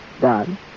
done